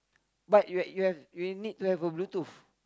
but you have you have you need to have a Bluetooth